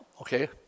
okay